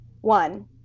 One